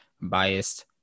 biased